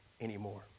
anymore